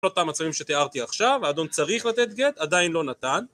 את המצבים שתיארתי עכשיו, האדון צריך לתת גט, עדיין לא נתן.